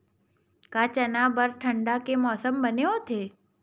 का चना बर ठंडा के मौसम बने होथे?